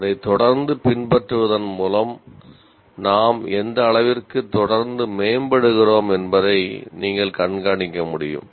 அதை தொடர்ந்து பின்பற்றுவதன் மூலம் நாம் எந்த அளவிற்கு தொடர்ந்து மேம்படுகிறோம் என்பதை நீங்கள் கண்காணிக்க முடியும்